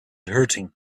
hurting